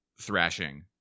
thrashing